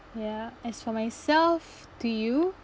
ya as for myself to you